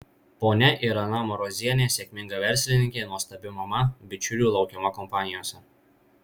ponia irena marozienė sėkminga verslininkė nuostabi mama bičiulių laukiama kompanijose